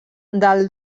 del